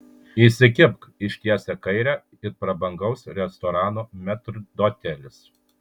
įsikibk ištiesia kairę it prabangaus restorano metrdotelis